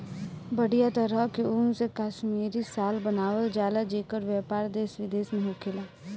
बढ़िया तरह के ऊन से कश्मीरी शाल बनावल जला जेकर व्यापार देश विदेश में होखेला